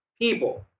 people